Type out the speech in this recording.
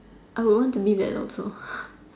I want to be that also